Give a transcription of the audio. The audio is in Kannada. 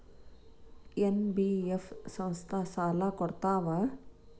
ಎನ್.ಬಿ.ಎಫ್ ಸಂಸ್ಥಾ ಸಾಲಾ ಕೊಡ್ತಾವಾ?